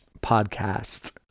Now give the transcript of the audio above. podcast